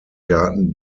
garten